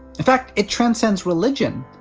in fact, it transcends religion.